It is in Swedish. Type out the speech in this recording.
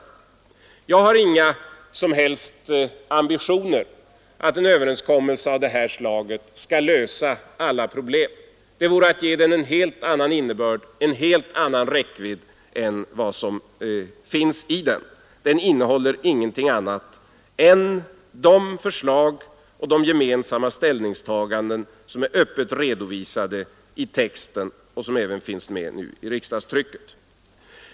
Jag har inga som helst ambitioner att en överenskommelse av det här slaget skall lösa alla problem. Det vore att ge den en helt annan innebörd, en helt annan räckvidd än vad som finns i den. Den innehåller ingenting annat än de förslag och de gemensamma ställningstaganden som är öppet redovisade i texten och som även finns med nu i riksdagstrycket.